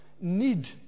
need